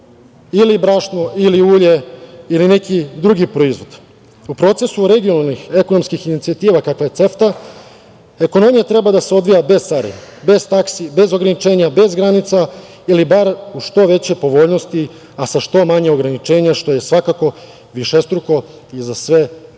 ili brašno ili ulje ili neki drugi proizvod?U procesu regionalnih ekonomskih inicijativa, kakva je CEFTA, ekonomija treba da se odvija bez carine, bez taksi, bez ograničenja, bez granica, ili bar u što većoj povoljnosti, a sa što manje ograničenja, što je svakako višestruko i za sve strane